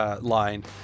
line